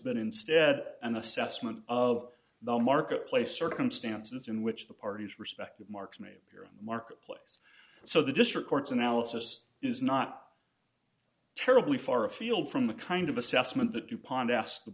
but instead an assessment of the marketplace circumstances in which the parties respective marks may appear in the marketplace so the district court's analysis is not terribly far afield from the kind of assessment that du pont asked the